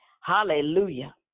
Hallelujah